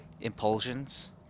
impulsions